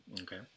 Okay